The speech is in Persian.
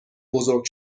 بزرگ